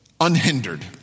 unhindered